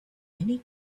many